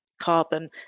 Carbon